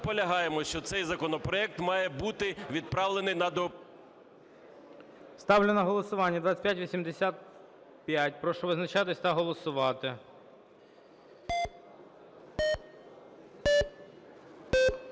наполягаємо, що цей законопроект має бути відправлений на… ГОЛОВУЮЧИЙ. Ставлю на голосування 2585. Прошу визначатися та голосувати.